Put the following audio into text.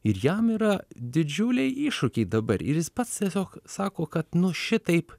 ir jam yra didžiuliai iššūkiai dabar ir jis pats tiesiog sako kad nu šitaip